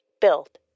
built